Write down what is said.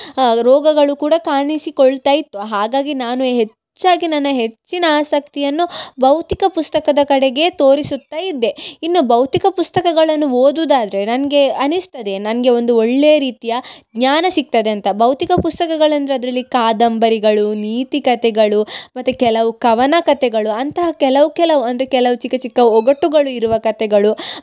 ರೋಗಗಳು ಕೂಡ ಕಾಣಿಸಿಕೊಳ್ತ ಇತ್ತು ಹಾಗಾಗಿ ನಾನು ಹೆಚ್ಚಾಗಿ ನಾನು ಹೆಚ್ಚಿನ ಆಸಕ್ತಿಯನ್ನು ಭೌತಿಕ ಪುಸ್ತಕದ ಕಡೆಗೆ ತೋರಿಸುತ್ತ ಇದ್ದೆ ಇನ್ನು ಭೌತಿಕ ಪುಸ್ತಕಗಳನ್ನು ಓದುದಾದರೆ ನನಗೆ ಅನ್ನಿಸ್ತದೆ ನನಗೆ ಒಂದು ಒಳ್ಳೆಯ ರೀತಿಯ ಜ್ಞಾನ ಸಿಗ್ತದೆ ಅಂತ ಭೌತಿಕ ಪುಸ್ತಕಗಳಂದರೆ ಅದರಲ್ಲಿ ಕಾದಂಬರಿಗಳು ನೀತಿ ಕತೆಗಳು ಮತ್ತು ಕೆಲವು ಕವನ ಕತೆಗಳು ಅಂತಹ ಕೆಲವು ಕೆಲವು ಅಂದರೆ ಕೆಲವು ಚಿಕ್ಕ ಚಿಕ್ಕ ಒಗಟುಗಳು ಇರುವ ಕತೆಗಳು